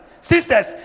sisters